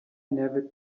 never